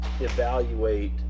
evaluate